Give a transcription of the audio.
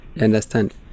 Understand